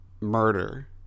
murder